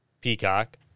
Peacock